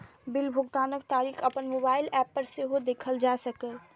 bill भुगतानक तारीख अपन मोबाइल एप पर सेहो देखल जा सकैए